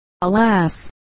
alas